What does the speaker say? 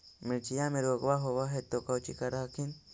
मिर्चया मे रोग्बा होब है तो कौची कर हखिन?